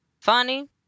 funny